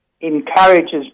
encourages